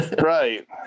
Right